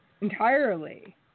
entirely